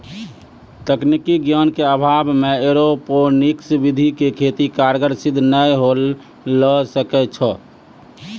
तकनीकी ज्ञान के अभाव मॅ एरोपोनिक्स विधि के खेती कारगर सिद्ध नाय होय ल सकै छो